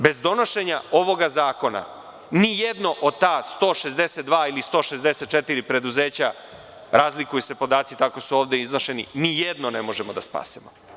Bez donošenja ovog zakona nijedno od ta 162 ili 164 preduzeća, razlikuju se podaci, tako su ovde iznošeni, nijedno ne možemo da spasemo.